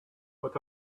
what